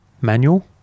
Manual